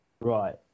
Right